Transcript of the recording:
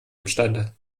imstande